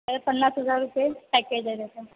तर पन्नास हजार रुपये पॅकेज आहे त्याचा